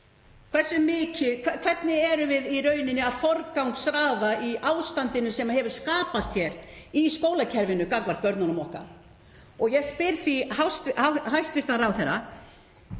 Hvernig erum við í rauninni að forgangsraða í ástandinu sem hefur skapast hér í skólakerfinu gagnvart börnunum okkar? Ég spyr því hæstv. ráðherra: